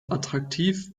attraktiv